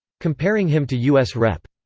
comparing him to u s. rep.